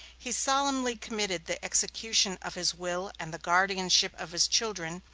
he solemnly committed the execution of his will and the guardianship of his children,